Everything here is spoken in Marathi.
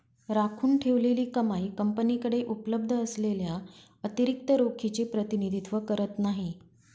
राखून ठेवलेली कमाई कंपनीकडे उपलब्ध असलेल्या अतिरिक्त रोखीचे प्रतिनिधित्व करत नाही